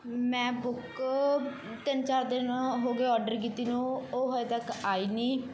ਮੈਂ ਬੁੱਕ ਤਿੰਨ ਚਾਰ ਦਿਨ ਹੋ ਗਏ ਆਰਡਰ ਕੀਤੀ ਨੂੰ ਉਹ ਹਜੇ ਤੱਕ ਆਈ ਨਹੀਂ